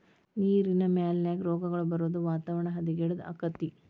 ನೇರಿನ ಮಾಲಿನ್ಯಾ, ರೋಗಗಳ ಬರುದು ವಾತಾವರಣ ಹದಗೆಡುದು ಅಕ್ಕತಿ